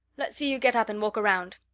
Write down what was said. let's see you get up and walk around.